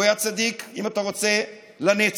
הוא היה צדיק, אם אתה רוצה, לנצח,